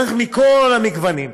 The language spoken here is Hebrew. צריך מכל המגוונים,